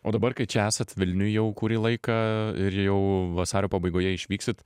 o dabar kai čia esat vilniuj jau kurį laiką ir jau vasario pabaigoje išvyksit